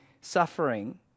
suffering